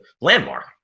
landmark